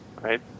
right